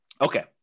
Okay